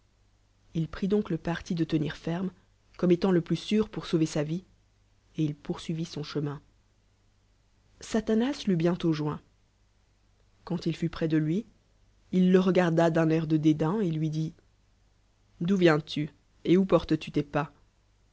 il prit dot le parti de tenir ferme comn étant le plus û pour lauvi sa vie et il poursuivit son ch dun satanas l'eut bientôt joïo quand il fut près de loi il le r garda d'un air de dédain et lui di d'où viens-tu et où porta lu ti a